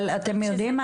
אבל אתם יודעים מה,